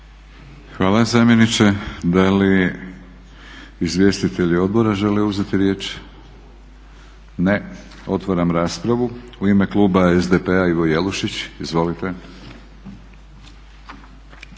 Hvala zamjeniče. Da li izvjestitelji odbora žele uzeti riječ? Ne. Otvaram raspravu. U ime kluba SDP-a Ivo Jelušić. Izvolite.